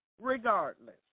regardless